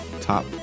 Top